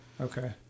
okay